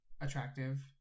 attractive